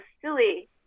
silly